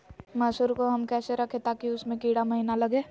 मसूर को हम कैसे रखे ताकि उसमे कीड़ा महिना लगे?